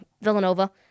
Villanova